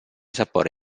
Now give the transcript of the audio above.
sapore